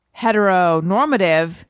heteronormative